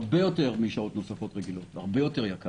הרבה יותר משעות נוספות רגילות, הרבה יותר יקר.